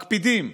מקפידים,